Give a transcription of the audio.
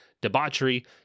debauchery